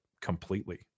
completely